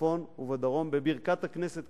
בצפון ובדרום בברכת הכנסת,